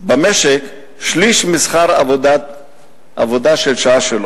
במשק שליש משכר העבודה שלו לשעה.